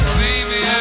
baby